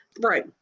right